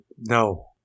No